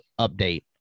update